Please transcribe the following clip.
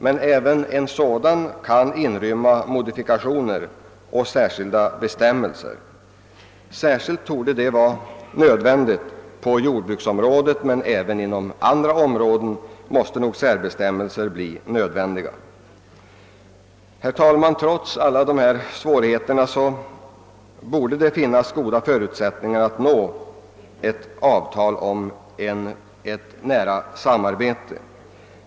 Men även en sådan kan inrymma modifikationer och särskilda bestämmelser. Särskilt torde detta vara nödvändigt på jordbruksområdet, men även inom andra områden blir nog särbestämmelser nödvändiga. Herr talman! Trots alla dessa svårigheter borde det finnas goda förutsättningar att nå ett avtal om ett nära samarbete.